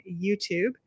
YouTube